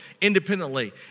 independently